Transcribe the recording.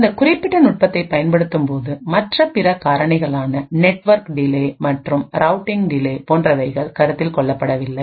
இந்த குறிப்பிட்ட நுட்பத்தை பயன்படுத்தும்போது மற்றபிற காரணிகளான நெட்வொர்க் டிலே மற்றும் ரவுடிங் டிலே போன்றவைகள் கருத்தில் கொள்ளப்படவில்லை